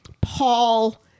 Paul